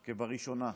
כבראשונה.